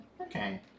Okay